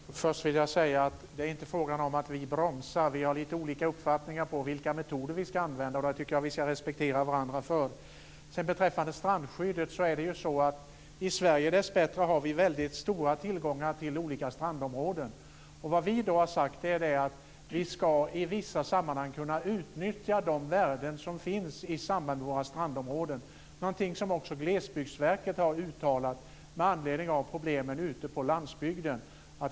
Fru talman! Först vill jag säga att det inte är frågan om att vi bromsar. Vi har lite olika uppfattningar om vilka metoder vi ska använda. Jag tycker att vi ska respektera varandra för det. Beträffande strandskyddet är det så att vi i Sverige dessbättre har väldigt stor tillgång till olika strandområden. Vi har sagt att vi i vissa sammanhang ska kunna utnyttja de värden som finns i samband med våra strandområden. Det är någonting som också Glesbygdsverket har uttalat med anledning av problemen ute på landsbygden.